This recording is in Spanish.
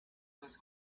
más